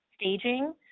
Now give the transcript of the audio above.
staging